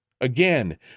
Again